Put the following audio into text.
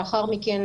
לאחר מכן,